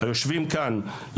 היושבים כאן,